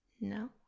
No